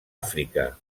àfrica